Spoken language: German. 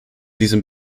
diesem